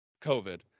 COVID